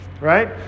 right